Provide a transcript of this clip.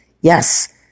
yes